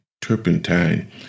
turpentine